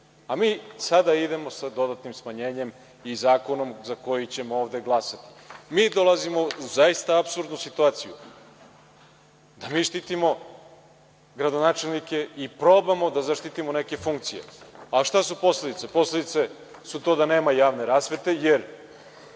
a mi sada idemo sa dodatnim smanjenjem i zakonom za koji ćemo ovde glasati. Dolazimo u zaista apsurdnu situaciju da štitimo gradonačelnike i probamo da zaštitimo neke funkcije, a šta su posledice? Posledice su to da nema javne rasvete, jer